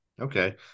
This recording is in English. Okay